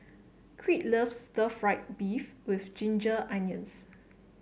Crete loves stir fry beef with Ginger Onions